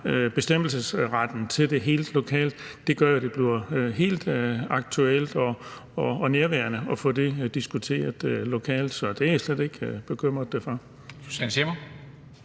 bestemmelsesretten til det helt lokalt, gør jo, at det bliver helt aktuelt og nærværende at få det diskuteret lokalt. Så det er jeg slet ikke bekymret for.